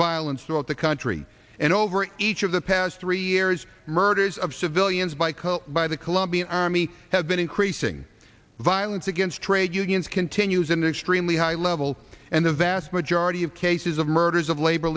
violence throughout the country and over each of the past three years murders of civilians by code by the colombian army have been increasing violence against trade unions continues in extremely high level and the vast majority of cases of murders of labor